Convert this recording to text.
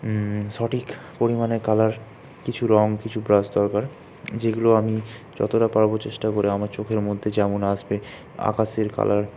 সঠিক পরিমাণে কালার কিছু রং কিছু ব্রাশ দরকার যেগুলো আমি যতটা পারব চেষ্টা করে আমার চোখের মধ্যে যেমন আসবে আকাশের কালার